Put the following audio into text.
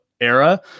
era